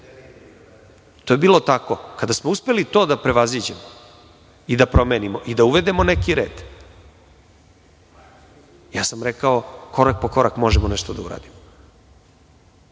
je bilo tako. Kada smo uspeli to da prevaziđemo i da promenimo, da uvedemo neki red, ja sam rekao, korak po korak i možemo nešto da